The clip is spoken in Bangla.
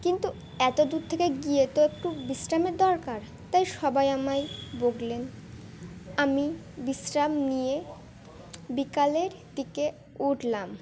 কিন্তু এত দূর থেকে গিয়ে তো একটু বিশ্রামের দরকার তাই সবাই আমায় বললেন আমি বিশ্রাম নিয়ে বিকালের দিকে উঠলাম